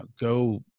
go